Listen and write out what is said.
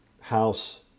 house